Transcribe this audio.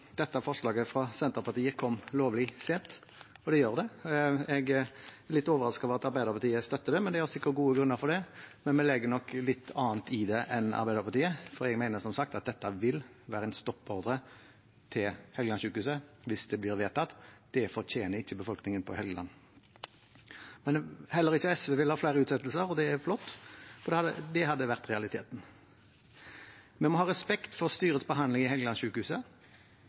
dette forslaget fra Senterpartiet kom lovlig sent, for det gjør det. Jeg er litt overrasket over at Arbeiderpartiet støtter det, men de har sikkert gode grunner for det. Vi legger nok litt annet i det enn Arbeiderpartiet, for jeg mener som sagt at dette vil være en stoppordre til Helgelandssykehuset hvis det blir vedtatt. Det fortjener ikke befolkningen på Helgeland. Heller ikke SV vil ha flere utsettelser, og det er flott, for det hadde vært realiteten. Vi må ha respekt for styrets behandling av Helgelandssykehuset, og vi må ha respekt for lokalpolitikerne på Helgeland.